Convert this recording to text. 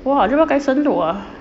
!wah! dia pakai senduk ah